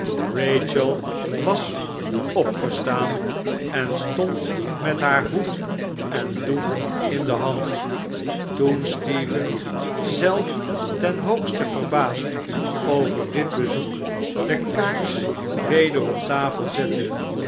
rachel was opgestaan en stond met haar hoed en doek in de hand toen stephen zelf ten hoogste verbaasd over dit bezoek de kaars weder op tafel zette